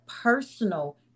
personal